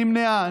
נמנעה,